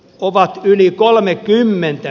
jopa yli kolmeakymmentä